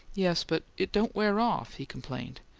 yes but it don't wear off, he complained.